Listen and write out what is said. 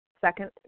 second